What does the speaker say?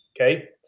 Okay